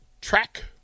track